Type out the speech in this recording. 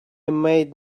made